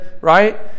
right